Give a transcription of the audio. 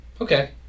okay